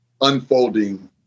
unfolding